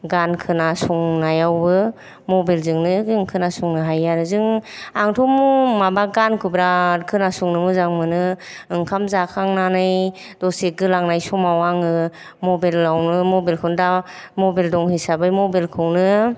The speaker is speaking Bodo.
गान खोनासंनायावबो मबाइलजोंनो जों खोनासंनो हायो आरो जों आंथ' माबा गानखौ बिराद खोनासंनो मोजां मोनो ओंखाम जाखांनानै दसे गोलांनाय समाव आङो मबाइलयावनो मबाइलखौनो दा मबाइल दं हिसाबै मबाइलखौनो